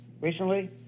recently